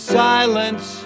silence